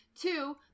Two